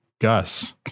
Gus